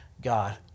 God